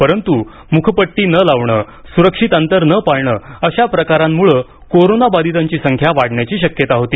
परंतु मुखपट्टी न लावणे सुरक्षित अंतर न पाळणे अशा प्रकारांमुळे कोरोनाबाधितांची संख्या वाढण्याची शक्यता होती